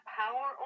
power